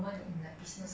thankfully